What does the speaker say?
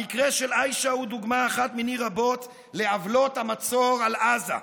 המקרה של עאישה הוא דוגמה אחת מיני רבות לעוולות המצור על עזה.